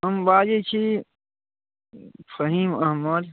हम बाजैत छी फहीम अहमद